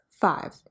Five